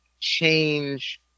change